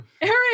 Eric